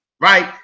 right